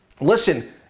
listen